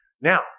Now